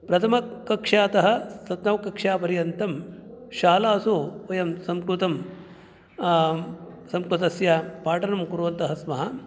प्रथमकक्षातः सप्तमकक्षापर्यन्तं शालासु वयं संस्कृतं संस्कृतस्य पाठनं कुर्वन्तः स्मः